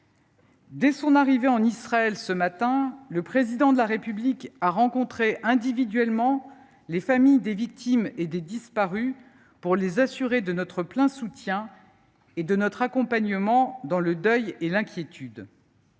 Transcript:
Dès son arrivée en Israël ce matin, le Président de la République a rencontré individuellement les familles des victimes et des disparus pour les assurer de notre plein soutien comme de notre accompagnement dans le deuil et l’inquiétude.